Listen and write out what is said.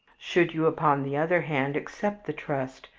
should you, upon the other hand, accept the trust,